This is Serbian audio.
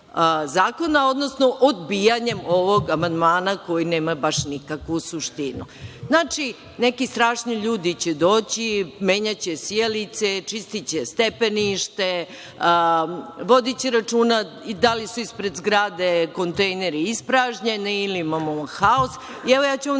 odnosno odbijanjem ovog amandmana, koji nema baš nikakvu suštinu. Znači, neki strašni ljudi će doći i menjaće sijalice, čistiće stepenište, vodiće računa da li su ispred zgrade kontejneri ispražnjeni ili imamo haos. Evo, ja ću vam